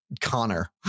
Connor